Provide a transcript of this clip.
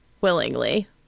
willingly